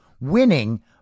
winning